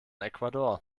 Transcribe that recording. ecuador